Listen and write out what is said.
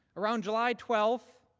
around july twelve,